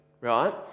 right